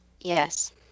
Yes